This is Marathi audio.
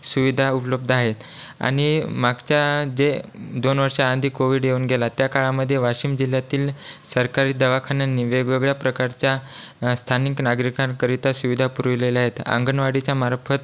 सुविधा उपलब्ध आहेत आणि मागच्या जे दोन वर्ष आधी कोविड येऊन गेला त्या काळामध्ये वाशिम जिल्ह्यातील सरकारी दवाखान्यांनी वेगवेगळ्या प्रकारच्या स्थानिक नागरिकांकरिता सुविधा पुरविलेल्या आहेत अंगणवाडीच्या मार्फत